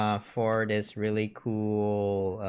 ah four days really cool